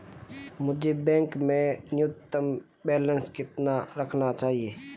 मुझे बैंक में न्यूनतम बैलेंस कितना रखना चाहिए?